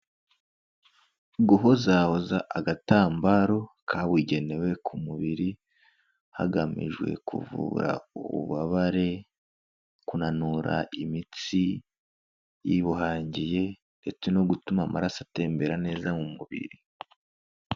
Guhozaza agatambaro kabugenewe ku mubiri, hagamijwe kuvura ububabare, kunanura imitsi yibuhangiye, ndetse no gutuma amaraso atembera neza mu mubiri.